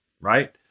right